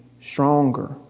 stronger